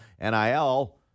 nil